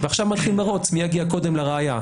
עכשיו מתחיל מרוץ מי יגיע קודם לראיה,